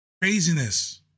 Craziness